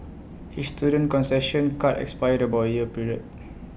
his student concession card expired about A year prior